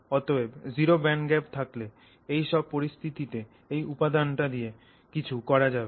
অতএব zero band gap থাকলে এই সব পরিস্থিতিতে এই উপাদানটা দিয়ে কিছু করা যাবে